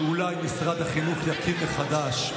שאולי משרד החינוך יפעיל מחדש,